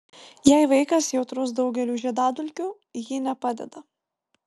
jei vaikas jautrus daugeliui žiedadulkių ji nepadeda